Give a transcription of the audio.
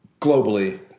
globally